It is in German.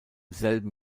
selben